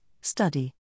study